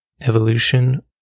evolution